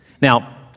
Now